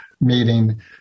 meeting